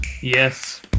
Yes